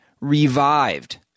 revived